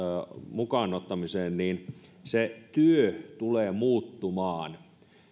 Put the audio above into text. mukaan ottamiseen se työ tulee muuttumaan